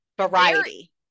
variety